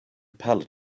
pallet